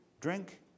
drink